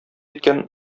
иткән